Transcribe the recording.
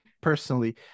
Personally